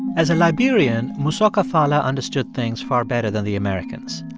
as a liberian, mosoka fallah understood things far better than the americans.